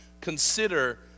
consider